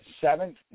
seventh